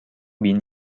been